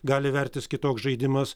gali vertis kitoks žaidimas